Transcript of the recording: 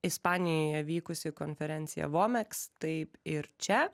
ispanijoje vykusi konferencija vomeks taip ir čia